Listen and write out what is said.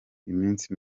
iminsi